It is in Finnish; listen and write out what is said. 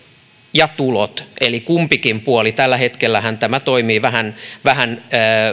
ja tulot eli kumpikin puoli tällä hetkellähän tämä toimii vähän vähän